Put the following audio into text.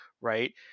right